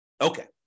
Okay